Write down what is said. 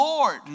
Lord